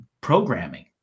programming